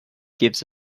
gives